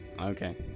Okay